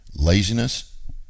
Laziness